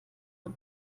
von